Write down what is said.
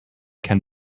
can